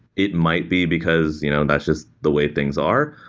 it might be because you know that's just the way things are,